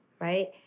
right